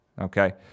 Okay